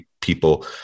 people